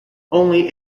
only